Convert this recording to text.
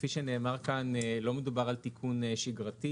כפי שנאמר כאן לא מדובר על תיקון שגרתי